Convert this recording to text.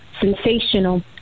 sensational